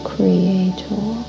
Creator